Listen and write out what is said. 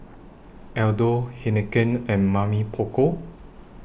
Aldo Heinekein and Mamy Poko